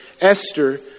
Esther